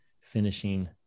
finishing